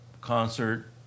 concert